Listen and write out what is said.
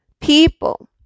people